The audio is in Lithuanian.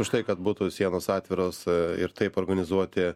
už tai kad būtų sienos atviros ir taip organizuoti